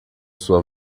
sua